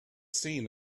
seen